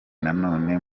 nanone